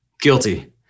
guilty